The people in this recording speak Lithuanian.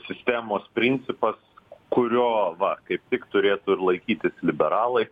sistemos principas kurio va kaip tik turėtų ir laikytis liberalai